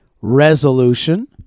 resolution